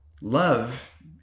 love